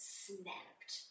snapped